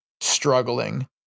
struggling